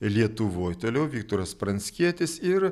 lietuvoj toliau viktoras pranckietis ir